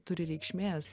turi reikšmės